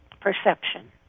perception